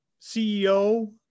CEO